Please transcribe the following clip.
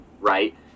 right